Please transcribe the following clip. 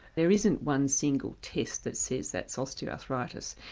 there isn't one single test that says that's osteoarthritis.